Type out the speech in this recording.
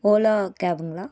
Ola கேபுங்களா